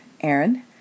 Aaron